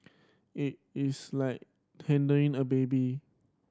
it is like handling a baby